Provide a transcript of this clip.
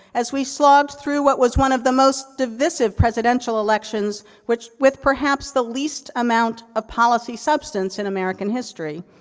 as we slugged through what was one of the most divisive presidential elections, which with perhaps the least amount of policy substance in american history.